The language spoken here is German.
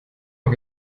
auf